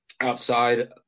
outside